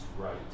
right